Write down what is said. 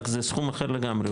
רק זה סכום אחר לגמרי,